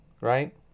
right